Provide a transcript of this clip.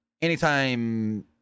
anytime